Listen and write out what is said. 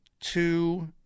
two